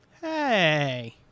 Hey